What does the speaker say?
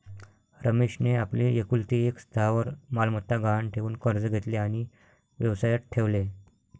रमेशने आपली एकुलती एक स्थावर मालमत्ता गहाण ठेवून कर्ज घेतले आणि व्यवसायात ठेवले